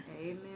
Amen